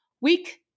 Week